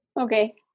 Okay